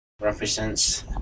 represents